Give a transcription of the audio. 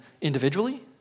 individually